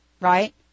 right